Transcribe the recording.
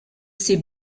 ses